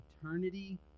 eternity